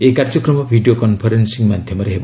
ଏହି କାର୍ଯ୍ୟକ୍ରମ video conferencing ମାଧ୍ୟମରେ ହେବ